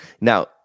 now